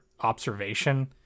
observation